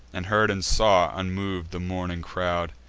and heard and saw, unmov'd, the mourning crowd.